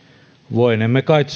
voinemme kait